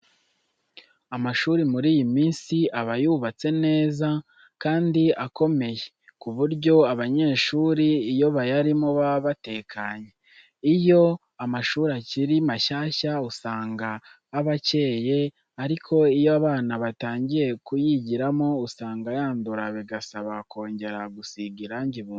Amashuri muri iyi minsi aba yubatswe neza kandi akomeye ku buryo abanyeshuri iyo bayarimo baba batekanye. Iyo amashuri akiri mashyashya usanga aba akeye ariko iyo abana batangiye kuyigiramo usanga yandura bigasaba kongera gusiga irangi bundi bushya.